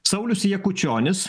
saulius jakučionis